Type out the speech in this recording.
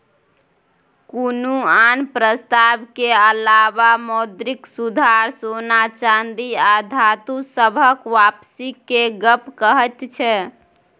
कुनु आन प्रस्ताव के अलावा मौद्रिक सुधार सोना चांदी आ धातु सबहक वापसी के गप कहैत छै